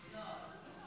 התשפ"ד 2024,